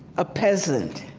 a peasant